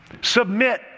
Submit